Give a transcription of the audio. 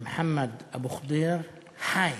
מוחמד אבו ח'דיר חי,